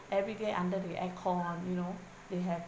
everyday under the aircon you know they have